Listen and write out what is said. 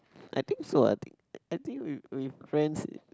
I think so eh I think I think with with friends